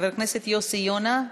חבר הכנסת יוסי יונה,